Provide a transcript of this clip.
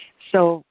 so